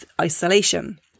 isolation